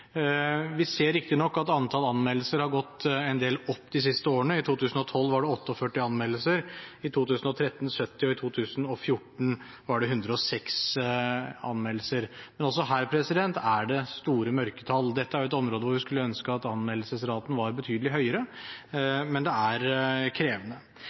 Vi ser riktignok at antall anmeldelser har gått en del opp de siste årene. I 2012 var det 48 anmeldelser, i 2013 var det 70, og i 2014 var det 106 anmeldelser. Men også her er det store mørketall. Dette er jo et område hvor vi skulle ønske at anmeldelsesraten var betydelig høyere, men det er krevende.